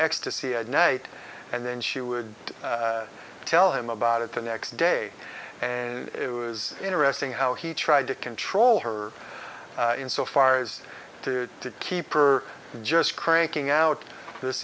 ecstasy at night and then she would tell him about it the next day and it was interesting how he tried to control her in so far as to to keep her just cranking out this